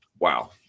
wow